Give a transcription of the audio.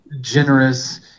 generous